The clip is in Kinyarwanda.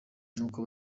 nubwo